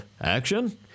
Action